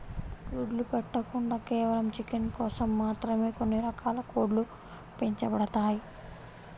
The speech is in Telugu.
గుడ్లు పెట్టకుండా కేవలం చికెన్ కోసం మాత్రమే కొన్ని రకాల కోడ్లు పెంచబడతాయి